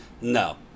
No